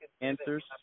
answers